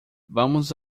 vamos